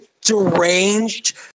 deranged